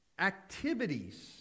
activities